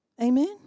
Amen